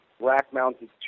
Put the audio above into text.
rack-mounted